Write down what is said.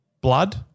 Blood